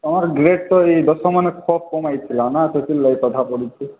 Tomar grade ତ ଏଇ ଦଶମନେ ଖୁବ୍ କମ୍ ଆଇଥିଲା ନା ସେଥିଲାଗି କଥା ପଡ଼ୁଛି